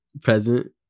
present